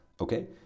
Okay